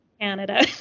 Canada